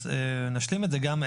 ונשלים את זה גם,